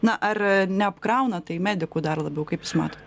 na ar neapkrauna tai medikų dar labiau kaip jūs matot